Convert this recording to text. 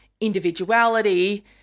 individuality